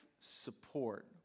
support